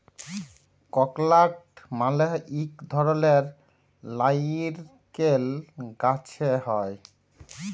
ককলাট মালে ইক ধরলের লাইরকেল গাহাচে হ্যয়